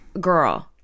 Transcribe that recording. girl